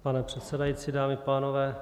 Pane předsedající, dámy a pánové.